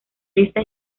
esta